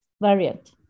variant